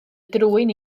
drwyn